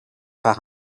par